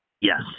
Yes